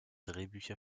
drehbücher